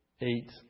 eight